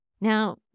Now